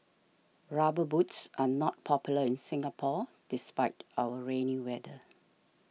rubber boots are not popular in Singapore despite our rainy weather